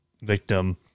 victim